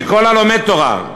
שכל הלומד תורה,